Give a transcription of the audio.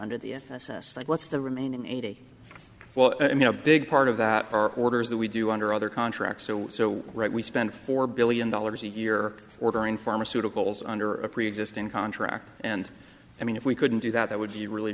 under the f s s like what's the remaining eighty well i mean a big part of that are orders that we do under other contracts so so right we spend four billion dollars a year ordering pharmaceuticals under a preexisting contract and i mean if we couldn't do that that would be really